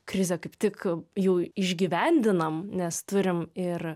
krizę kaip tik jau išgyvendinam nes turim ir